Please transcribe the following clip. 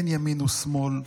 אין ימין ושמאל,